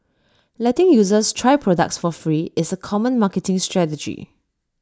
letting users try products for free is A common marketing strategy